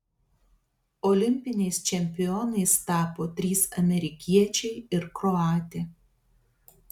olimpiniais čempionais tapo trys amerikiečiai ir kroatė